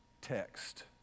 text